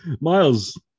Miles